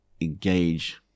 engage